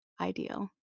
ideal